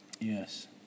Yes